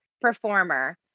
performer